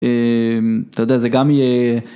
אתה יודע זה גם יהיה.